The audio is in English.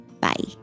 Bye